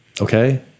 okay